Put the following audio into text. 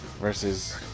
versus